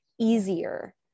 easier